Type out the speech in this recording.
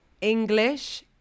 English